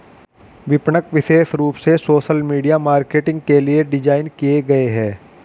विपणक विशेष रूप से सोशल मीडिया मार्केटिंग के लिए डिज़ाइन किए गए है